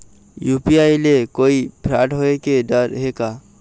UPI ले कोई fraud होए के डर हे का?